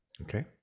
Okay